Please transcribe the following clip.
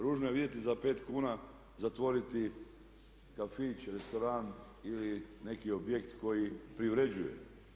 Ružno je vidjeti za 5 kuna zatvoriti kafić, restoran ili neki objekt koji privređuje.